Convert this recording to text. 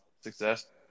success